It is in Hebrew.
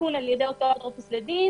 עדכון על ידי אותו אפוטרופוס לדין.